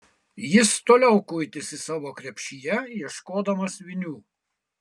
jis toliau kuitėsi savo krepšyje ieškodamas vinių